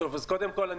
קודם כל,